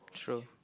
true